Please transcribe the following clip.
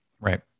right